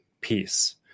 peace